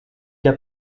qu’a